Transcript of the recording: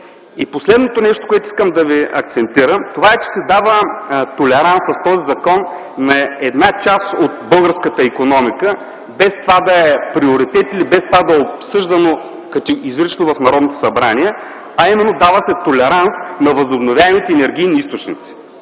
Последното нещо, на което искам да акцентирам, това е, че с този закон се дава толеранс на една част от българската икономика, без това да е приоритет, или без това да е обсъждано изрично в Народното събрание, а именно дава се толеранс на възобновяемите енергийни източници.